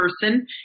person